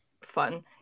fun